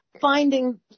finding